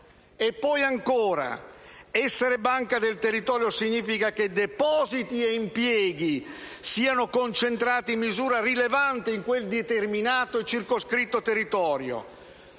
2014. Ancora, essere banca del territorio significa che depositi e impieghi siano concentrati in misura rilevante in quel determinato e circoscritto territorio